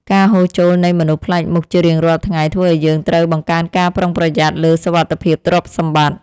ការហូរចូលនៃមនុស្សប្លែកមុខជារៀងរាល់ថ្ងៃធ្វើឱ្យយើងត្រូវបង្កើនការប្រុងប្រយ័ត្នលើសុវត្ថិភាពទ្រព្យសម្បត្តិ។